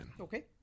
Okay